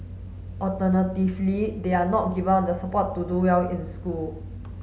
alternatively they are not given the support to do well in school